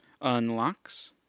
unlocks